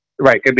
right